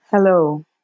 Hello